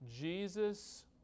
Jesus